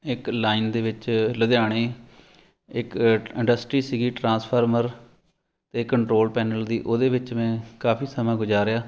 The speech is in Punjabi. ਇੱਕ ਲਾਈਨ ਦੇ ਵਿੱਚ ਲੁਧਿਆਣੇ ਇੱਕ ਇੰਡਸਟਰੀ ਸੀਗੀ ਟਰਾਂਸਫਾਰਮਰ ਅਤੇ ਕੰਟਰੋਲ ਪੈਨਲ ਦੀ ਉਹਦੇ ਵਿੱਚ ਮੈਂ ਕਾਫੀ ਸਮਾਂ ਗੁਜ਼ਾਰਿਆ